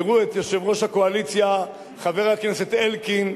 יראו את יושב-ראש הקואליציה חבר הכנסת אלקין,